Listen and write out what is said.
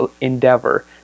endeavor